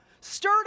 stirred